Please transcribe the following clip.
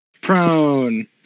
Prone